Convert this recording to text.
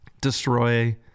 destroy